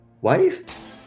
wife